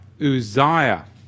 Uzziah